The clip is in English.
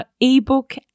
ebook